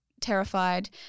terrified